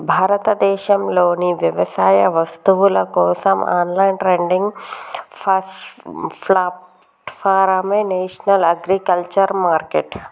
భారతదేశంలోని వ్యవసాయ వస్తువుల కోసం ఆన్లైన్ ట్రేడింగ్ ప్లాట్ఫారమే నేషనల్ అగ్రికల్చర్ మార్కెట్